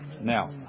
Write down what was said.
Now